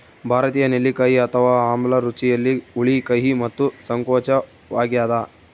ಭಾರತೀಯ ನೆಲ್ಲಿಕಾಯಿ ಅಥವಾ ಆಮ್ಲ ರುಚಿಯಲ್ಲಿ ಹುಳಿ ಕಹಿ ಮತ್ತು ಸಂಕೋಚವಾಗ್ಯದ